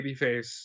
babyface